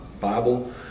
Bible